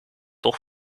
toch